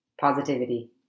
Positivity